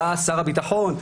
בא שר הביטחון,